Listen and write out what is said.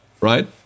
right